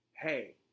hey